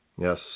Yes